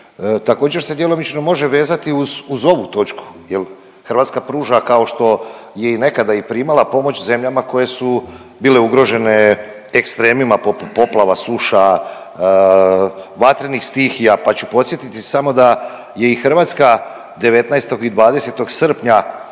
također, se djelomično može vezati uz ovu točku jer Hrvatska pruža, kao što je i nekada i primala pomoć, zemljama koje su bile ugrožene ekstremima poput poplava, suša, vatrenih stihija, pa ću podsjetiti samo da je i Hrvatska 19. i 20. srpnja